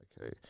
Okay